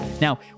Now